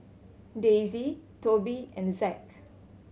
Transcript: Daisy Tobi and Zack